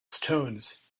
stones